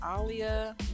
Alia